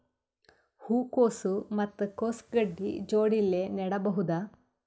ಹೂ ಕೊಸು ಮತ್ ಕೊಸ ಗಡ್ಡಿ ಜೋಡಿಲ್ಲೆ ನೇಡಬಹ್ದ?